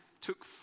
took